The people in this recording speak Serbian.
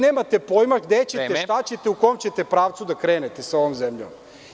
Nemate pojma gde ćete, šta ćete… (Predsednik: Vreme.) … u kom ćete pravcu da krenete sa ovom zemljom.